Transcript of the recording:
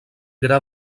gra